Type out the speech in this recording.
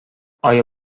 آیا